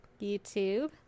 youtube